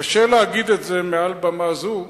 קשה להגיד את זה מעל במה זו,